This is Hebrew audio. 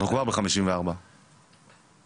זה כבר 54 אחוזים מחו"ל.